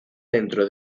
dentro